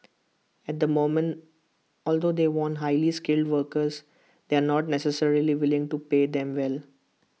at the moment although they want highly skilled workers they are not necessarily willing to pay them well